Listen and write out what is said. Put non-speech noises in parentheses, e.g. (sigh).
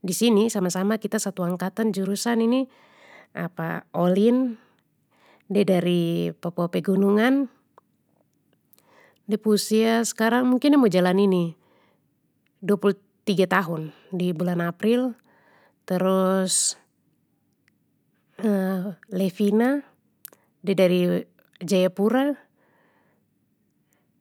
Disini sama sama kita satu angkatan jurusan ini (hesitation) olin, de dari papua pegunungan, de pu usia skarang mungkin de mau jalan ini, dua puluh tiga tahun di bulan april terus (hesitation) levina de dari jayapura,